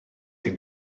ein